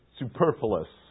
superfluous